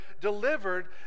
delivered